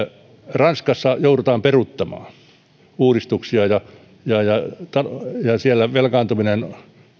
ranskassa joudutaan peruuttamaan uudistuksia ja siellä velkaantuminen